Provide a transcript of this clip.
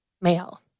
male